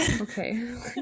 Okay